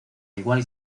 igual